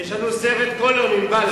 יש לנו סרט כל יום עם בל"ד.